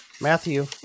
Matthew